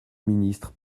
ministre